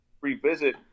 revisit